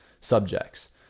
subjects